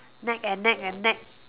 nag and nag and nag